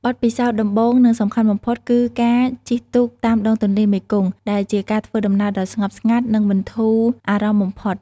បទពិសោធន៍ដំបូងនិងសំខាន់បំផុតគឺការ ជិះទូកតាមដងទន្លេមេគង្គ ដែលជាការធ្វើដំណើរដ៏ស្ងប់ស្ងាត់និងបន្ធូរអារម្មណ៍បំផុត។